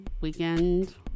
weekend